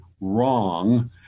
wrong